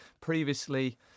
previously